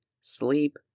sleep